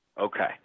Okay